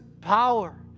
power